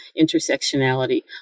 intersectionality